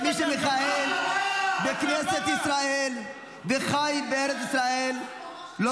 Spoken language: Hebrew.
-- שמי שמכהן בכנסת ישראל וחי בארץ ישראל לא